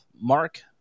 Mark